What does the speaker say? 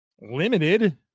limited